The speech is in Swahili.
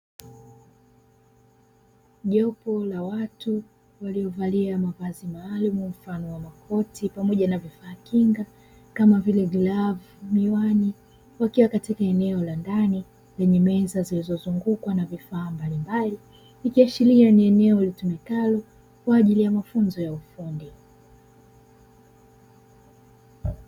Jopo la watu waliovalia mavazi mfano wa makoti pamoja na vifaa kinga kama vile glavu, miwani; wakiwa katika eneo la ndani lenye meza zilizozungukwa na vifaa mbalimbali, ikiashiria ni eneo litumiwalo kwa ajili ya mafunzo ya ufundi.